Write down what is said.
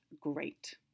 great